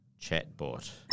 chatbot